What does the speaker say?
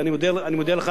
ואני מודיע לך,